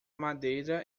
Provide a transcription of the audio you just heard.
madeira